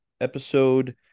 Episode